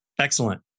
Excellent